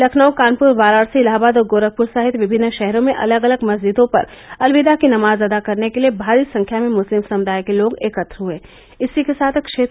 लखनऊ कानपुर वाराणसी इलाहाबाद और गोरखपुर सहित विभिन्न शहरों में अलग अलग मस्जिदों पर अलविदा की नमाज अदा करने के लिये भारी संख्या में मुस्लिम समुदाय के लोग एकत्र हुये